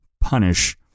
punish